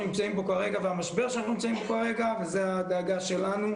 נמצאים בו כרגע והמשבר שאנחנו נמצאים בו כרגע וזו הדאגה שלנו